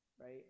right